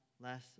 less